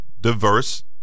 diverse